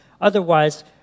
Otherwise